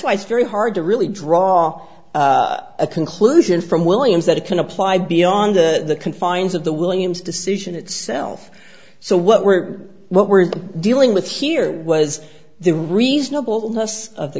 why it's very hard to really draw a conclusion from williams that it can apply beyond the confines of the williams decision itself so what we're what we're dealing with here was the reasonable ness of the